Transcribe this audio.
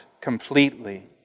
completely